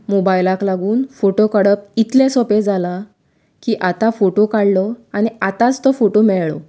मोबायलाक लागून फोटो काडप इतलें सोपें जालां की आतां फोटो काडलो आनी आतांच तो फोटो मेळ्ळो